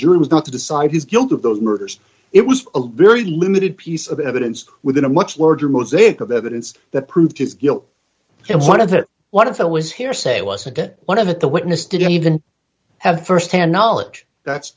jury was not to decide his guilt of those murders it was a very limited piece of evidence within a much larger mosaic of evidence that proved his guilt and one of the what if it was hearsay wasn't it one of it the witness didn't even have firsthand knowledge that's